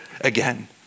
again